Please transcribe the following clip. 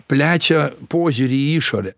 plečia požiūrį į išorę